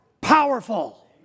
powerful